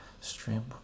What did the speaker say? stream